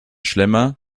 schlemmer